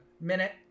minute